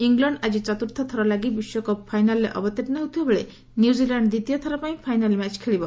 England ଆକି ଚତୁର୍ଥଥର ଲାଗି ବିଶ୍ୱକପ୍ ଫାଇନାଲ୍ରେ ଅବତୀର୍ଷ ହେଉଥିବାବେଳେ ନ୍ୟୁଜିଲାଣ୍ ଦ୍ୱିତୀୟ ଥରପାଇଁ ଫାଇନାଲ୍ ମ୍ୟାଚ୍ ଖେଳିବ